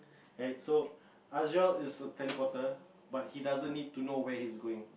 and so is a teleporter but he doesn't need to know where he's going